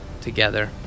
together